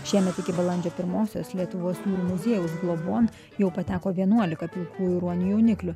šiemet iki balandžio pirmosios lietuvos muziejaus globon jau pateko vienuolika pilkųjų ruonių jauniklių